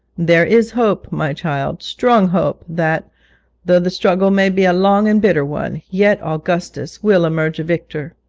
there is hope, my child, strong hope, that, though the struggle may be a long and bitter one, yet augustus will emerge a victor